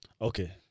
Okay